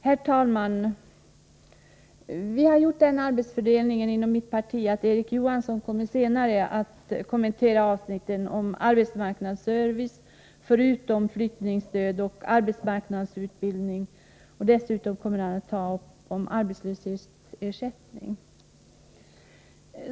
Herr talman! Vi har gjort den arbetsfördelningen i mitt parti att Erik Johansson senare kommer att kommentera avsnitten arbetsmarknadsservice förutom flyttningsstöd, arbetsmarknadsutbildning. Dessutom kommer han att ta upp frågan om arbetslöshetsersättning.